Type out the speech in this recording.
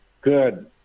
Good